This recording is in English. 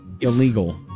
illegal